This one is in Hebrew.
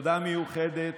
תודה מיוחדת